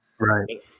right